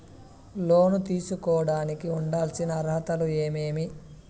లోను తీసుకోడానికి ఉండాల్సిన అర్హతలు ఏమేమి?